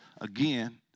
again